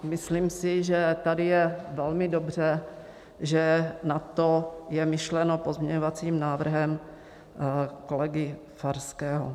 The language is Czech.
Myslím si, že tady je velmi dobře, že na to je myšleno pozměňovacím návrhem kolegy Farského.